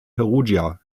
perugia